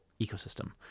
ecosystem